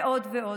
ועוד ועוד.